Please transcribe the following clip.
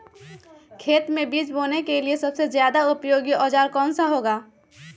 खेत मै बीज बोने के लिए सबसे ज्यादा उपयोगी औजार कौन सा होगा?